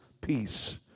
peace